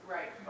Right